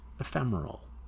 ephemeral